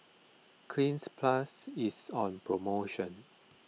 Cleanz Plus is on promotion